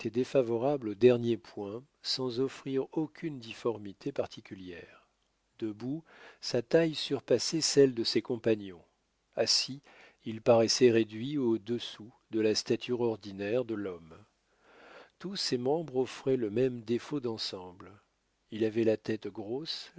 défavorable au dernier point sans offrir aucune difformité particulière debout sa taille surpassait celle de ses compagnons assis il paraissait réduit au-dessous de la stature ordinaire de l'homme tous ses membres offraient le même défaut d'ensemble il avait la tête grosse